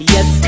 Yes